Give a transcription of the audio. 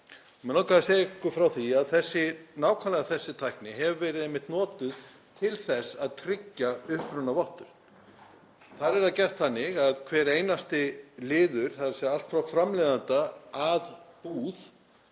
Mig langaði að segja ykkur frá því að nákvæmlega þessi tækni hefur einmitt verið notuð til þess að tryggja upprunavottun. Þar er það gert þannig að hver einasti liður, þ.e. allt frá framleiðanda til